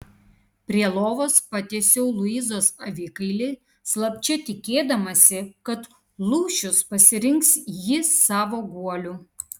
prie lovos patiesiau luizos avikailį slapčia tikėdamasi kad lūšius pasirinks jį savo guoliu